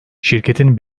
şirketin